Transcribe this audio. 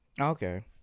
Okay